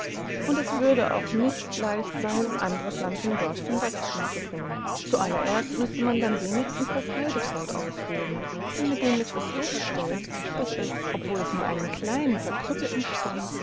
und es würde auch nicht leicht sein andere pflanzen dort zum wachstum zu bringen zu allererst müßte man dann wenigstens das heidekraut ausroden denn mit dem ist es so bestellt daß es obwohl es nur einen kleinen verkrüppelten stamm